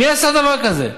מי עשה דבר כזה?